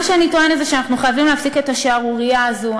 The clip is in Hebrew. מה שאני טוענת זה שאנחנו חייבים להפסיק את השערורייה הזו.